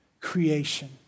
creation